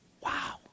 Wow